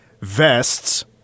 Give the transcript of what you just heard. vests